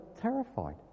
terrified